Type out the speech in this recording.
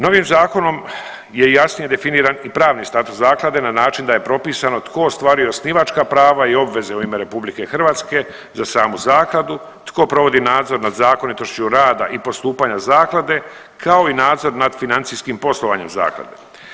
Novim zakonom je jasnije definiran i pravni status zaklade na način da je propisano tko ostvaruje osnivačka prava i obveze u ime RH za samu zakladu, tko provodi nadzor nad zakonitošću rada i postupanja zaklada, kao i nadzor nad financijskim poslovanjem zaklade.